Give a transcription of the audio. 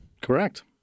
Correct